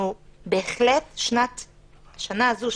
בהחלט השנה הזאת,